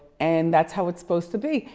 and that's how it's supposed to be.